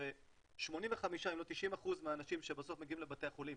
הרי 85% אם לא 90% מהאנשים שבסוף מגיעים לבתי החולים